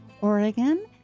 Oregon